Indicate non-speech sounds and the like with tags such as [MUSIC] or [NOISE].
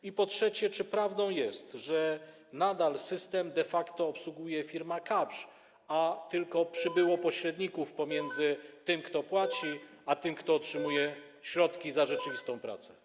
I po trzecie, czy prawdą jest, że nadal system de facto obsługuje firma Kapsch, a tylko przybyło [NOISE] pośredników pomiędzy tym, kto płaci, a tym, kto otrzymuje środki za rzeczywistą pracę?